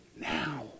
now